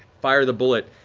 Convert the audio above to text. fire the bullet.